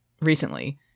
recently